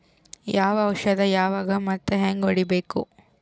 ಯಾವ ಔಷದ ಯಾವಾಗ ಮತ್ ಹ್ಯಾಂಗ್ ಹೊಡಿಬೇಕು?